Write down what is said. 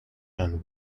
and